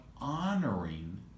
honoring